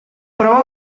prova